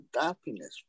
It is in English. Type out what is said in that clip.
happiness